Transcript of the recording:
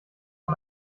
von